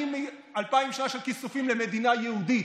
אלפיים שנה של כיסופים למדינה יהודית.